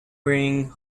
ring